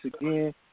again